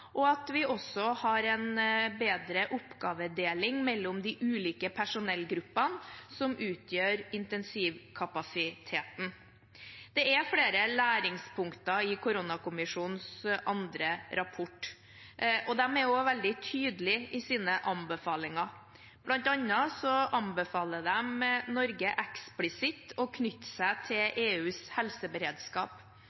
og at vi også har en bedre oppgavedeling mellom de ulike personellgruppene som utgjør intensivkapasiteten. Det er flere læringspunkter i koronakommisjonens andre rapport. De er også veldig tydelige i sine anbefalinger. Blant annet anbefaler de Norge eksplisitt å knytte seg til